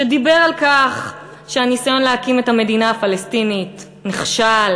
שדיבר על כך שהניסיון להקים את המדינה הפלסטינית נכשל,